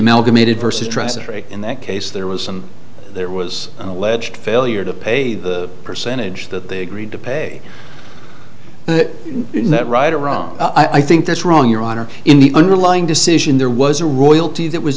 amalgamated versus in that case there was some there was an alleged failure to pay the percentage that they agreed to pay that not right or wrong i think that's wrong your honor in the underlying decision there was a royalty that was